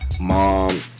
Mom